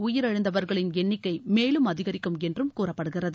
உயிரிழந்தவர்களின் எண்ணிக்கை மேலும் அதிகரிக்கும் என்றும் கூறப்படுகிறது